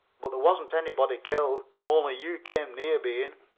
but there wasn't anybody killed only you came near being.